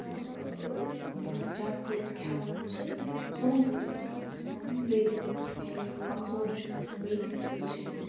مطلب ٲں یِم أسۍ جَنٛک فوڈٕس کھیٚوان چھِ تِمُو سۭتۍ چھِ اِنسانَس یِوان لیزی نیٚس یعنی کہ کمزور چھُ گژھان ویٖک نیٚسٕز چھِ یِوان